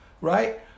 right